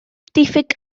diffyg